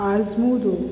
आज़मूदो